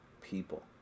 people